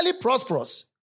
prosperous